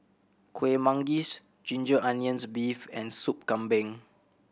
Kueh Manggis ginger onions beef and Sop Kambing